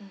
mm